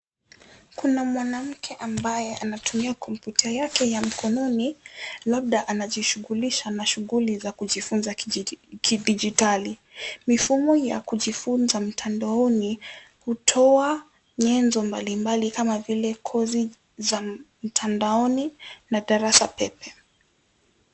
Kuna mwanamke ambaye anatumia kompyuta yake ya mkononi labda anijishughulisha na shughuli za kujifunza kidijitali. Mifumo ya kujifunza mtandaoni hutoa nyenzo mbalimbali kama vile kozi za mtandaoni na darasa pepe.